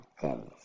goodness